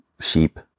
sheep